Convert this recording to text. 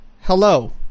hello